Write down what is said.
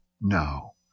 No